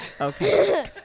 Okay